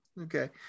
Okay